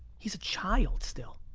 he's a child still.